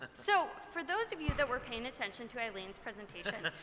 so for those of you that were paying attention to eileen's presentation,